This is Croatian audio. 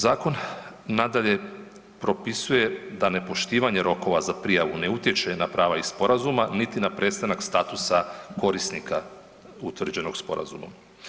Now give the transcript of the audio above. Zakon nadalje propisuje da nepoštivanje rokova za prijavu ne utječe na prava iz sporazuma, niti na prestanak statusa korisnika utvrđenog sporazumom.